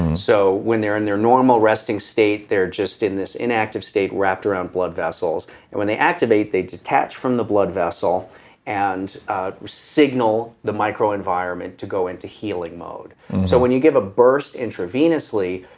and so when they're in their normal resting state, they're just in this inactive state wrapped around blood vessels and when they activate they detach from the blood vessel and signal the micro environment to go into healing mode so when you give a burst intravenously,